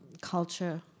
culture